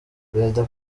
perezida